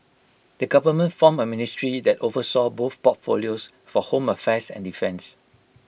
the government formed A ministry that oversaw both portfolios for home affairs and defence